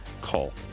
call